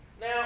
Now